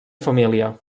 família